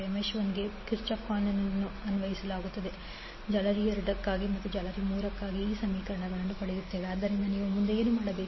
mesh 1 ಗೆ KVL ಅನ್ನು ಅನ್ವಯಿಸಲಾಗುತ್ತಿದೆ 8j10 j2I1 j2I2 j10I30 ಜಾಲರಿ 2 ಗಾಗಿ 4 j2 j2I2 j2I1 I30 ಜಾಲರಿ 3 ಗಾಗಿ I35 ಆದ್ದರಿಂದ ನೀವು ಮುಂದೆ ಏನು ಮಾಡಬೇಕು